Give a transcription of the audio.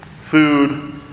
food